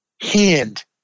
hand